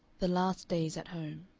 the last days at home